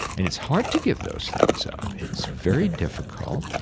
and it's hard to give those things up. it's very difficult.